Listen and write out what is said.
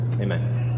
Amen